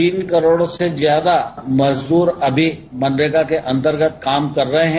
तीन करोड़ से ज्यादा मजदूर अभी मनरेगा के अंतर्गत काम कर रहे हैं